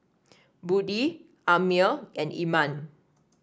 Budi Ammir and Iman